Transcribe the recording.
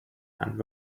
and